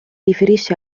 riferisce